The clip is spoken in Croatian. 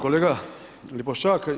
kolega Lipošćak.